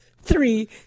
three